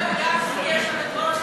דרך אגב, גברתי היושבת-ראש,